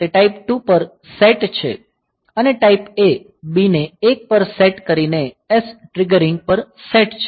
તે ટાઈપ 2 પર સેટ છે અને ટાઈપ એ b ને 1 પર સેટ કરીને s ટ્રિગરિંગ પર સેટ છે